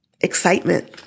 Excitement